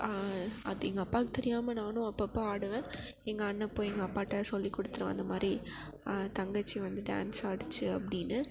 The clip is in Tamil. அது எங்கள் அப்பாவுக்கு தெரியாமல் நானும் அப்பப்போ ஆடுவேன் எங்கள் அண்ணன் போய் எங்கள் அப்பாகிட்ட சொல்லிக் கொடுத்துருவான் இந்த மாதிரி தங்கச்சி வந்து டான்ஸ் ஆடிச்சி அப்படின்னு